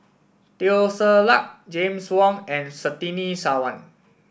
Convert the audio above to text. Teo Ser Luck James Wong and Surtini Sarwan